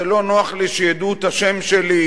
זה לא נוח לי שידעו את השם שלי,